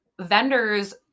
vendors